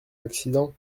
accident